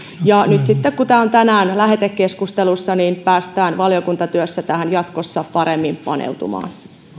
ja nyt sitten kun tämä on tänään lähetekeskustelussa päästään valiokuntatyössä tähän jatkossa paremmin paneutumaan